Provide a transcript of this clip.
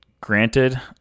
granted